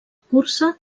cursa